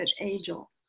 angel